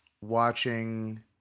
watching